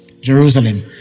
Jerusalem